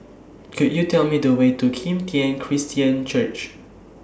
Could YOU Tell Me The Way to Kim Tian Christian Church